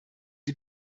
die